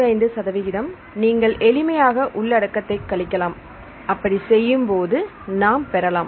75 சதவிகிதம் நீங்கள் எளிமையாக உள்ளடக்கத்தை கழிக்கலாம் அப்படி செய்யும் போது நாம் பெறலாம்